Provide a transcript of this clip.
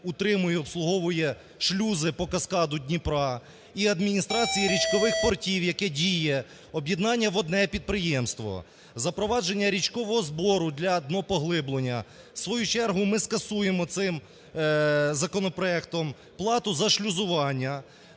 утримує, обслуговує шлюзи по каскаду Дніпра, і Адміністрація річкових портів, яке діє, об'єднання в одне підприємства. Запровадження річкового збору для днопоглиблювання. В свою чергу ми скасуємо цим законопроектом плату за шлюзування,